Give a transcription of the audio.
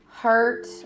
hurt